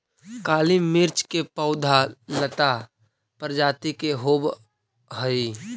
काली मिर्च के पौधा लता प्रजाति के होवऽ हइ